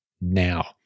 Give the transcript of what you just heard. now